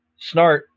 Snart